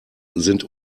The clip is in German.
sind